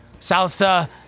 salsa